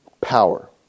power